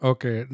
Okay